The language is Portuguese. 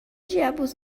diabos